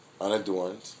unadorned